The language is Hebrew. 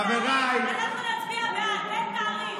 חבריי, אנחנו נצביע בעד, תן תאריך.